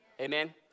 Amen